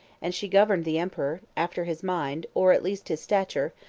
and she governed the emperor, after his mind, or at least his stature,